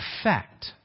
effect